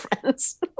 friends